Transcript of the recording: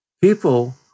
People